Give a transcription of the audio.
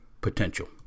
potential